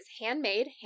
handmade